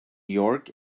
york